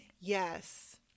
Yes